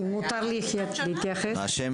בבקשה.